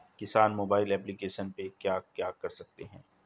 किसान mobile application पे क्या क्या कर सकते हैं?